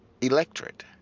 electorate